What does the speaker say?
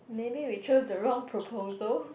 maybe we choose the wrong proposal